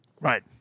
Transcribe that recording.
Right